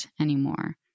anymore